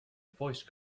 voice